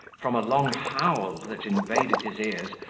from a long howl that invaded his ears,